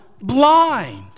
blind